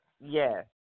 Yes